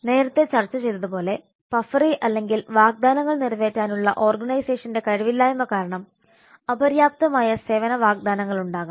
നേരത്തേ ചർച്ച ചെയ്തതു പോലെ പഫറി അല്ലെങ്കിൽ വാഗ്ദാനങ്ങൾ നിറവേറ്റാനുള്ള ഓർഗനൈസേഷന്റെ കഴിവില്ലായ്മ കാരണം അപര്യാപ്തമായ സേവന വാഗ്ദാനങ്ങൾ ഉണ്ടാകാം